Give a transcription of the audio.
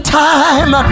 time